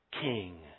king